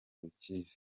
bukizi